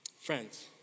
Friends